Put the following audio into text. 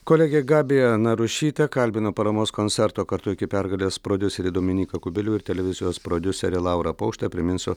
kolegė gabija narušytė kalbino paramos koncerto kartu iki pergalės prodiuserį dominyką kubilių ir televizijos prodiuserę laurą paukštę priminsiu